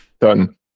Done